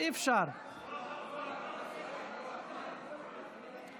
יש עוד מתנגד?